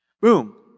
Boom